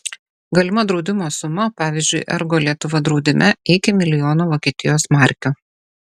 galima draudimo suma pavyzdžiui ergo lietuva draudime iki milijono vokietijos markių